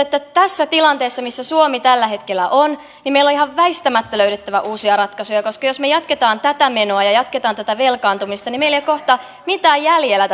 tässä tilanteessa missä suomi tällä hetkellä on meidän on ihan väistämättä löydettävä uusia ratkaisuja koska jos me jatkamme tätä menoa ja jatkamme tätä velkaantumista niin meillä ei kohta ole mitään jäljellä